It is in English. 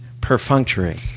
perfunctory